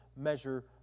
measure